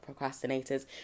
procrastinators